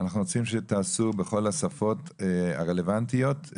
אנחנו רוצים שתעשו בכל השפות הרלוונטיות.